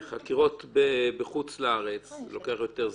חקירות בחוץ-לארץ, לוקח יותר זמן.